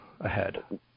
ahead